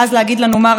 נא לסיים.